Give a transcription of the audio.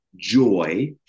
joy